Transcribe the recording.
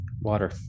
Water